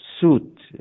suit